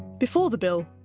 before the bill,